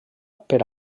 per